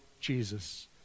Jesus